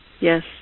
yes